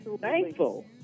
thankful